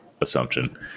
assumption